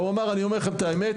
ואמר לי: אני אומר לכם את האמת,